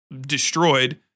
destroyed